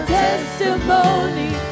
testimony